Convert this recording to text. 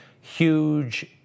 huge